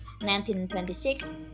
1926